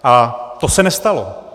A to se nestalo.